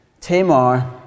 Tamar